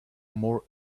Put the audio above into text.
more